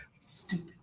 Stupid